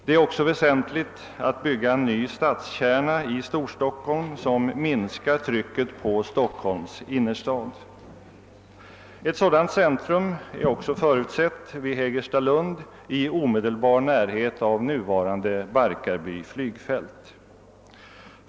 Det är även väsentligt att bygga en ny stadskärna i Storstockholm som minskar trycket på Stockholms innerstad. Ett sådant centrum är förutsett vid Hägerstalund i omedelbar närhet av nuvarande Barkarby flygfält.